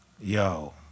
yo